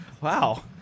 Wow